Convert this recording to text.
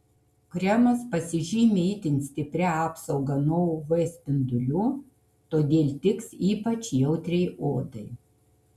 kremas pasižymi itin stipria apsauga nuo uv spindulių todėl tiks ypač jautriai odai